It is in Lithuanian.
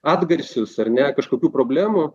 atgarsius ar ne kažkokių problemų